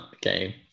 game